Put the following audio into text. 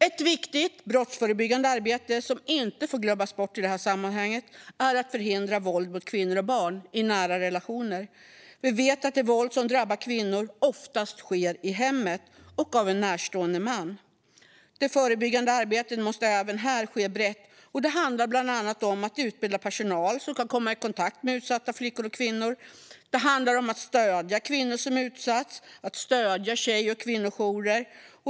Ett viktigt brottsförebyggande arbete som inte får glömmas bort i sammanhanget är att förhindra våld mot kvinnor och barn i nära relationer. Vi vet att det våld som drabbar kvinnor oftast sker i hemmet och utförs av en närstående man. Det förebyggande arbetet måste även här ske brett. Det handlar bland annat om att utbilda personal som kan komma i kontakt med utsatta flickor och kvinnor. Det handlar om att stödja kvinnor som utsatts och att stödja tjej och kvinnojourer.